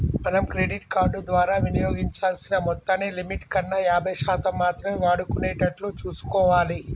మనం credit card ద్వారా వినియోగించాల్సిన మొత్తాన్ని లిమిట్ కన్నా యాభై శాతం మాత్రమే వాడుకునేటట్లు చూసుకోవాలి